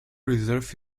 reserve